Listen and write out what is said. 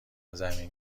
زمین